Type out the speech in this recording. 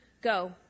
Go